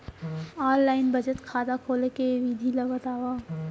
Online बचत खाता खोले के विधि ला बतावव?